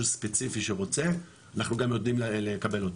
ספציפי שרוצה אנחנו גם יודעים לקבל אותו.